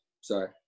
Sorry